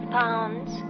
pounds